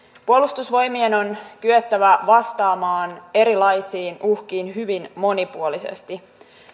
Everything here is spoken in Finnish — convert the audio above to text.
puolustusvoimien on kyettävä vastaamaan erilaisiin uhkiin hyvin monipuolisesti